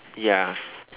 ya